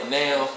now